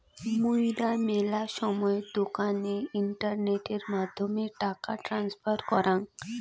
মুইরা মেলা সময় দোকানে ইন্টারনেটের মাধ্যমে টাকা ট্রান্সফার করাং